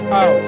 out